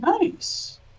Nice